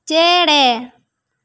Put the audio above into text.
ᱪᱮᱻᱬᱮ